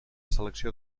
selecció